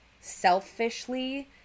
selfishly